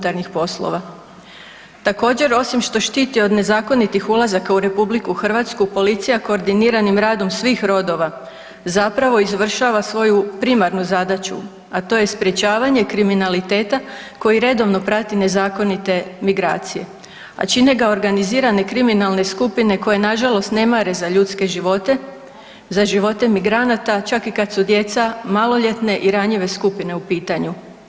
Također osim što štiti od nezakonitih ulazaka u RH policija koordiniranim radom svih rodova zapravo izvršava svoju primarnu zadaću, a to je sprječavanje kriminaliteta koji redovno prati nezakonite migracije, a čine ga organizirane kriminalne skupine koje nažalost ne mare za ljudske živote, za živote migranata čak i kad su djeca maloljetne i ranjive skupine u pitanju.